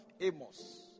Amos